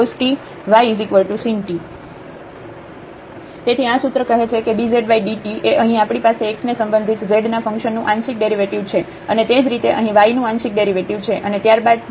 zxy xcos t ysin t તેથી આ સૂત્ર કહે છે કે dzdt એ અહીં આપણી પાસે x ને સંબંધિત z ના ફંક્શન નું આંશિક ડેરિવેટિવ છે અને તે જ રીતે અહીં y નું આંશિક ડેરિવેટિવ છે અને ત્યાર બાદ dydt